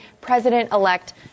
President-elect